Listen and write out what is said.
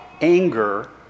anger